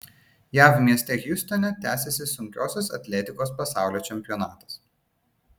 jav mieste hjustone tęsiasi sunkiosios atletikos pasaulio čempionatas